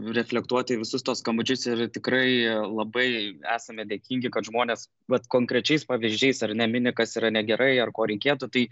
reflektuoti į visus tuos skambučius ir tikrai labai esame dėkingi kad žmonės vat konkrečiais pavyzdžiais ar ne mini kas yra negerai ar ko reikėtų tai